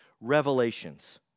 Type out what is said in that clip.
revelations